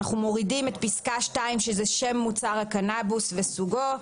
אנחנו מורידים את פסקה (2) "שם מוצר הקנבוס וסוגו",